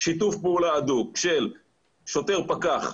שיתוף פעולה הדוק של שוטר פקח,